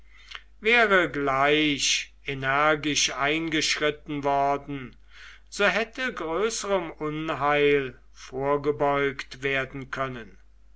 wäre gleich energisch eingeschritten worden so hätte größerem unheil vorgebeugt werden können